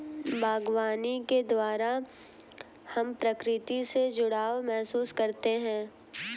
बागवानी के द्वारा हम प्रकृति से जुड़ाव महसूस करते हैं